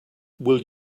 will